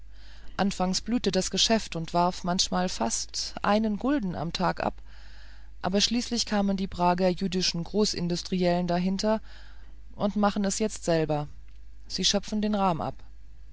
anfangs blühte das geschäft und warf manchmal fast einen gulden im tag ab aber schließlich kamen die prager jüdischen großindustriellen dahinter und machen es jetzt selber sie schöpfen den rahm ab